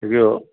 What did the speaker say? देखियौ